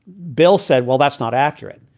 bill said, well, that's not accurate.